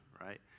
right